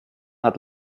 hat